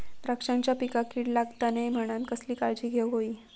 द्राक्षांच्या पिकांक कीड लागता नये म्हणान कसली काळजी घेऊक होई?